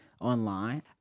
online